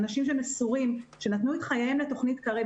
אנשים מסורים שנתנו את חייהם לתוכנית קרב,